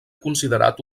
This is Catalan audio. considerat